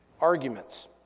arguments